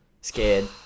Scared